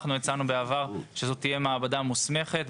בעבר הצענו שזאת תהיה מעבדה מוסמכת.